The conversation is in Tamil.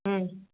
ம்